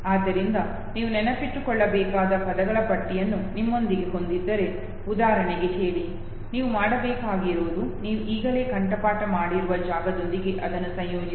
ಆದ್ದರಿಂದ ನೀವು ನೆನಪಿಟ್ಟುಕೊಳ್ಳಬೇಕಾದ ಪದಗಳ ಪಟ್ಟಿಯನ್ನು ನಿಮ್ಮೊಂದಿಗೆ ಹೊಂದಿದ್ದರೆ ಉದಾಹರಣೆಗೆ ಹೇಳಿ ನೀವು ಮಾಡಬೇಕಾಗಿರುವುದು ನೀವು ಈಗಾಗಲೇ ಕಂಠಪಾಠ ಮಾಡಿರುವ ಜಾಗದೊಂದಿಗೆ ಅದನ್ನು ಸಂಯೋಜಿಸಿ